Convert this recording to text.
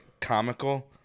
comical